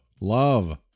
love